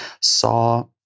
saw